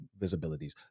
visibilities